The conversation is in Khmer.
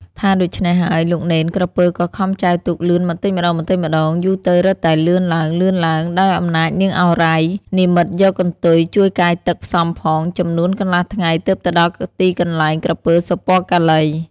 ថាដូច្នេះហើយ លោកនេនក្រពើក៏ខំចែវទូកលឿនបន្តិចម្តងៗ យូរទៅរឹតតែលឿនឡើងៗ ដោយអំណាចនាងឱរ៉ៃ និម្មិតយកកន្ទុយជួយកាយទឹកផ្សំផង ចំនួនកន្លះថ្ងៃទើបទៅដល់ទីកន្លែង ក្រពើ សុពណ៌កាឡី ។